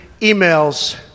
emails